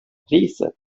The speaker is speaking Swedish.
priset